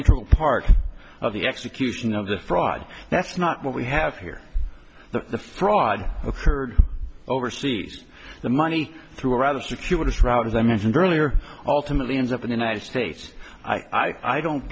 intro part of the execution of the fraud that's not what we have here the fraud occurred overseas the money through rather circuitous route as i mentioned earlier ultimately ends up in the united states i don't